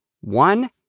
One